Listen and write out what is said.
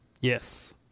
Yes